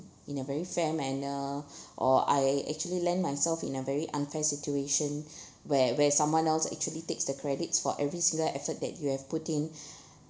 in a very fair manner or I actually land myself in a very unfair situation where where someone else actually takes the credits for every single effort that you have put in